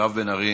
בחתונות,